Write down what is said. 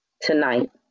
tonight